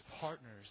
partners